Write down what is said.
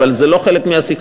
אבל זה לא חלק מהסכסוך.